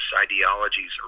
ideologies